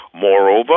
Moreover